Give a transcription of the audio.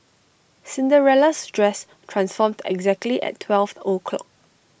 Cinderella's dress transformed exactly at twelve o'clock